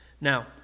Now